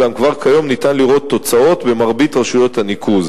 אולם כבר כיום ניתן לראות תוצאות במרבית רשויות הניקוז.